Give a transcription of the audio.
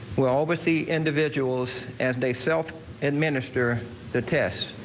well with the individuals and a self administer the test.